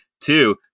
Two